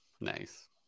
Nice